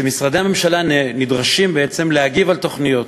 שמשרדי הממשלה נדרשים בעצם להגיב על תוכניות,